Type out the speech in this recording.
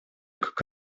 как